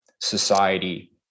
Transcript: society